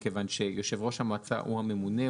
מכיוון שיושב ראש המועצה הוא הממונה.